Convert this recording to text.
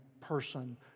person